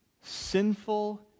sinful